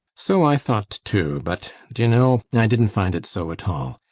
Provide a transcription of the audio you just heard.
so i thought too. but, do you know, i didn't find it so at all.